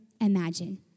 imagine